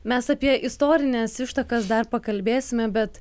mes apie istorines ištakas dar pakalbėsime bet